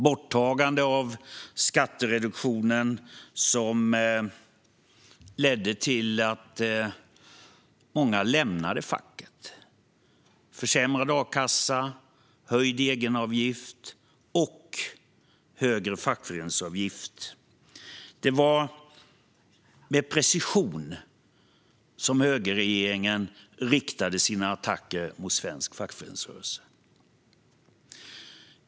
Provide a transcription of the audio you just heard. Man tog bort skattereduktionen, vilket ledde till att många lämnade facket. Försämrad a-kassa, höjd egenavgift och högre fackföreningsavgift - det var med precision som högerregeringen riktade sina attacker mot svensk fackföreningsrörelse.